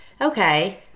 Okay